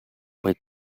with